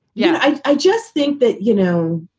yeah, i just think that, you know,